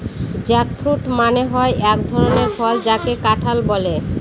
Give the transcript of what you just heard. jackfruit মানে হয় এক ধরনের ফল যাকে কাঁঠাল বলে